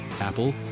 Apple